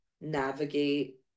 navigate